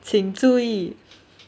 请注意